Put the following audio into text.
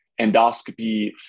endoscopy